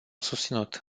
susținut